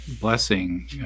blessing